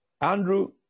Andrew